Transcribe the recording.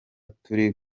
turi